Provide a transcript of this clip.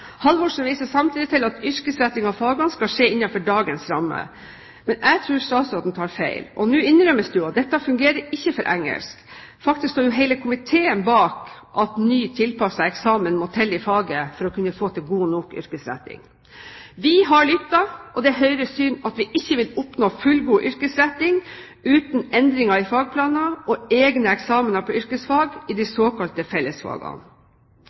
Halvorsen viser samtidig til at en yrkesretting av fagene skal skje innenfor dagens rammer. Men jeg tror statsråden tar feil. Nå innrømmes det jo at dette ikke fungerer for engelsk. Faktisk står hele komiteen bak at ny, tilpasset eksamen må til i faget for å kunne få til en god nok yrkesretting. Vi har lyttet, og det er Høyres syn at vi ikke vil oppnå fullgod yrkesretting uten endringer i fagplaner og egne eksamener på yrkesfag i de såkalte fellesfagene.